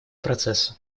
процесса